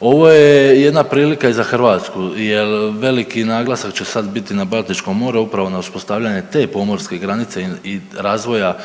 Ovo je jedna prilika i za Hrvatsku jer veliki naglasak će sada biti na Baltičkom moru upravo na uspostavljanju te pomorske granice i razvoja